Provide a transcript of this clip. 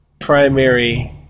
primary